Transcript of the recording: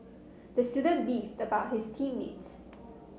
the student beefed about his team mates